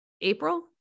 April